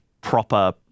proper